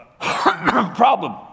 problem